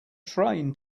train